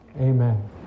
Amen